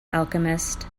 alchemist